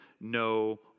no